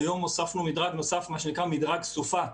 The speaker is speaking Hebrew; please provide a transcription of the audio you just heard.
היום הוספנו מדרג נוסף, מה שנקרא "מדרג סופה".